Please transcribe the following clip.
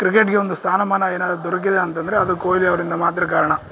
ಕ್ರಿಕೆಟ್ಗೆ ಒಂದು ಸ್ಥಾನ ಮಾನ ಏನಾದರು ದೊರಕಿದೆ ಅಂತಂದರೆ ಅದು ಕೊಹ್ಲಿ ಅವರಿಂದ ಮಾತ್ರ ಕಾರಣ